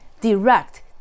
direct